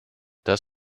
das